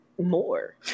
more